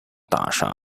大厦